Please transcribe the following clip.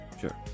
Sure